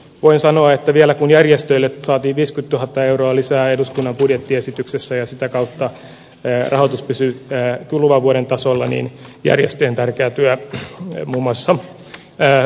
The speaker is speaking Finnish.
voi sanoa että vielä kun järjestölle saati disco tuhatta euroa lisää eduskunnan budjettiesityksessä ja sitä kautta terotus pysyttää kuluvan vuoden tasolla niin järjestöjen tärkättyä emu maissa jää